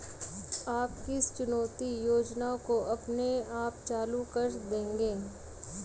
आप किस चुकौती योजना को अपने आप चालू कर देंगे?